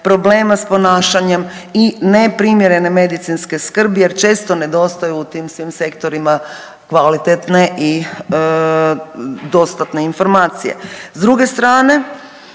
problema s ponašanjem i neprimjerene medicinske skrbi jer često nedostaju u tim svim sektorima kvalitetne i dostatne informacije. S druge strane